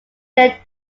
they